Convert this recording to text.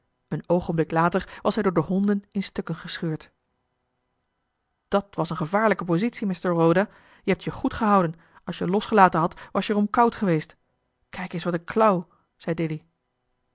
een oogenblik later was hij door de honden in stukken gescheurd dat was eene gevaarlijke positie mr roda je hebt je goed gehouden als je losgelaten hadt was je er om koud geweest kijk eens wat een klauw zei dilly